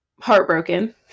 heartbroken